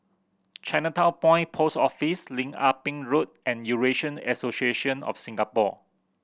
Chinatown Point Post Office Lim Ah Pin Road and Eurasian Association of Singapore